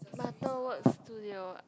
Butterworks studio ah